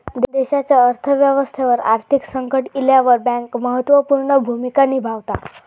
देशाच्या अर्थ व्यवस्थेवर आर्थिक संकट इल्यावर बँक महत्त्व पूर्ण भूमिका निभावता